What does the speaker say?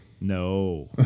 No